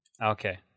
Okay